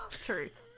Truth